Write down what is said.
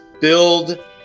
build